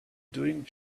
doing